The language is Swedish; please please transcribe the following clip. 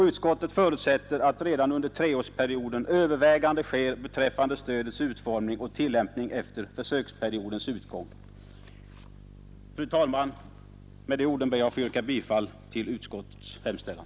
Utskottet förutsätter dock att redan under treårsperioden överväganden sker beträffande stödets utformning och tillämpning efter försöksperiodens utgång.” Fru talman! Med de orden ber jag att få yrka bifall till utskottets hemställan.